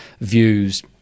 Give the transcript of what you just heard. views